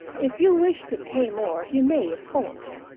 if you wish to pay more, you may, of course.